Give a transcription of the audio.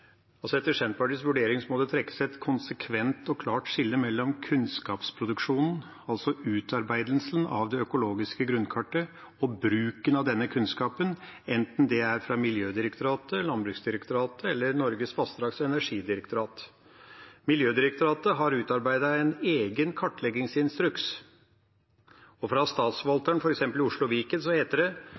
Etter Senterpartiets vurdering må det trekkes et konsekvent og klart skille mellom kunnskapsproduksjonen, altså utarbeidelsen av det økologiske grunnkartet, og bruken av denne kunnskapen, enten det er fra Miljødirektoratet, Landbruksdirektoratet eller Norges vassdrags- og energidirektorat. Miljødirektoratet har utarbeidet en egen kartleggingsinstruks, og fra Statsforvalteren, f.eks. i Oslo og Viken, heter det: